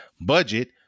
Budget